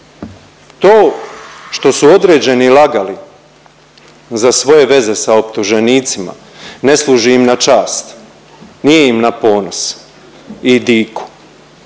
To što su određeni lagali za svoje veze sa optuženicima ne služi im na čast, nije im na ponos i diku